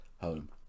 home